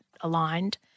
aligned